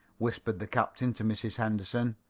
whispered the captain to mrs. henderson.